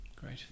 Great